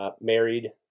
married